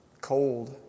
cold